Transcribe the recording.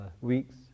weeks